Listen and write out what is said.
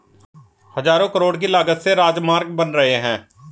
हज़ारों करोड़ की लागत से राजमार्ग बन रहे हैं